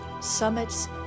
summits